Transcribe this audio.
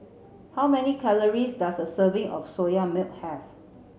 how many calories does a serving of Soya Milk have